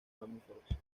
mamíferos